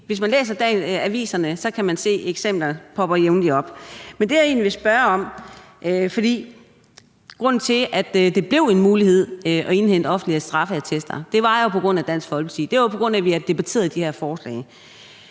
hvis man læser aviserne, kan man se, at eksempler jævnligt popper op. Men jeg vil egentlig spørge om noget, for grunden til, at det blev en mulighed at indhente offentlige straffeattester, var jo Dansk Folkeparti, og at vi havde debatteret de her forslag.